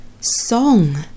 Song